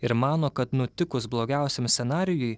ir mano kad nutikus blogiausiam scenarijui